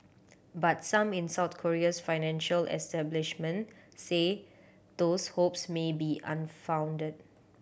but some in South Korea's financial establishment say those hopes may be unfounded